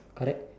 correct